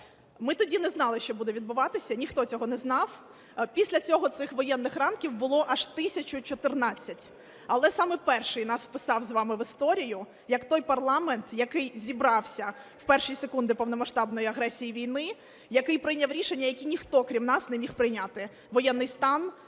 Ми тоді не знали, що буде відбуватися, ніхто цього не знав, після цього цих воєнних ранків було аж 1014, але саме перший нас вписав з вами в історію як той парламент, який зібрався в перші секунди повномасштабної агресії і війни, який прийняв рішення, які ніхто крім нас не міг прийняти: воєнний стан,